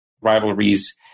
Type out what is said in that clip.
rivalries